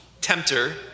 tempter